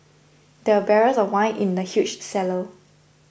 there were barrels of wine in the huge cellar